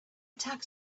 tax